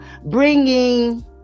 bringing